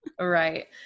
Right